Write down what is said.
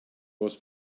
was